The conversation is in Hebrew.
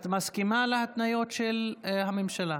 את מסכימה להתניות של הממשלה?